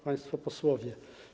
Państwo Posłowie!